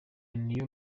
new